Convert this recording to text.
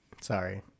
Sorry